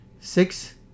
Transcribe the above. Six